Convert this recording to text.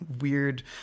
weird